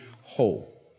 whole